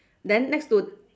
then next to